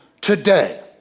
today